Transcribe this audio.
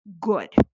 good